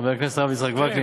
חבר הכנסת הרב יצחק וקנין,